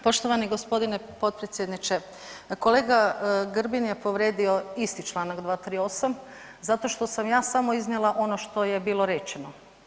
Poštovani gospodine potpredsjedniče, kolega Grbin je povrijedio isti članak 238. zato što sam ja samo iznijela ono što je bilo rečeno.